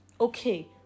Okay